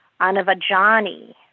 Anavajani